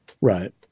Right